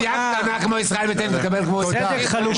סיעה קטנה כמו ישראל ביתנו תקבל כמו יש עתיד.